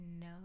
No